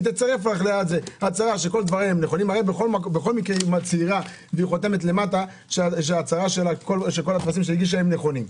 הרי בכל מקרה היא מצהירה וחותמת שכל החוזים שהגישה הם נכונים.